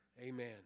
Amen